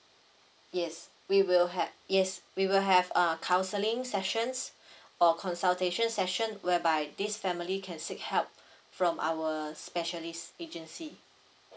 yes we will had yes we will have uh counseling sessions or consultation session whereby this family can seek help from our specialist agency